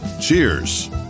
Cheers